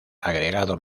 agregado